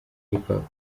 hiphop